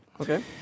Okay